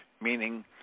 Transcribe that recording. meaning